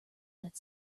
that